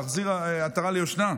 להחזיר עטרה ליושנה.